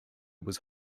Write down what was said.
was